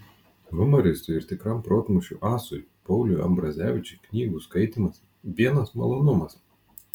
humoristui ir tikram protmūšių asui pauliui ambrazevičiui knygų skaitymas vienas malonumas